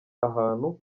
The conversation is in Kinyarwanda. ahantu